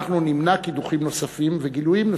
אנחנו נמנע קידוחים נוספים וגילויים נוספים.